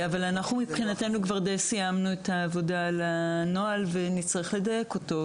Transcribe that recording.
אנחנו מבחינתנו כבר די סיימנו את העבודה על הנוהל ונצטרך לדייק אותו,